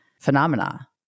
phenomena